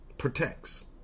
protects